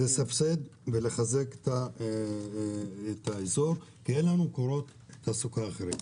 אני מבקש לסבסד ולחזק את האזור כי אין לנו מקורות תעסוקה אחרים.